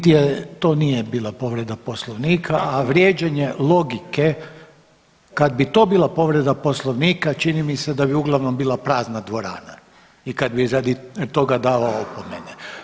To nije bila povreda Poslovnika, a vrijeđanje logike kad bi to bila povreda Poslovnika čini mi se da bi uglavnom bila prazna dvorana i kad bi radi toga davao opomene.